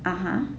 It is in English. (uh huh)